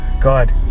God